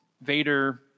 Vader